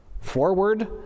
Forward